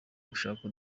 gushaka